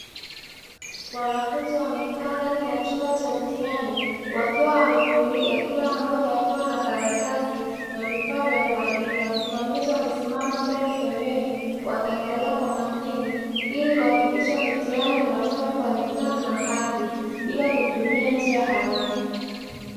Wanafunzi wamekaa ndani ya chumba cha mtihani wakiwa wametulia kila mmoja akiwa na karatasi na vifaa vya kuandika, wasimamizi wamesimama mbele pembeni wakiangalia kwa makini ili kuhakikisha mitihani unafanya kwa nidhamu na haki bila kutumia njia haramu.